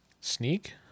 Sneak